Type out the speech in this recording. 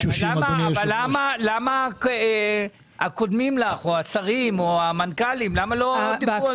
למה הקודמים לך, השרים או המנכ"לים לא דיברו?